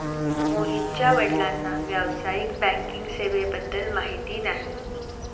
मोहितच्या वडिलांना व्यावसायिक बँकिंग सेवेबद्दल माहिती नाही